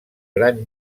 gran